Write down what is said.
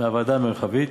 מהוועדה המרחבית,